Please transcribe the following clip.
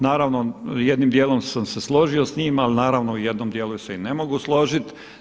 Naravno jednim dijelom sam se složio sa njim, ali naravno u jednom dijelu se i ne mogu složiti.